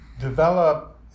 develop